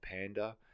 panda